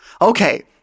Okay